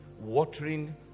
watering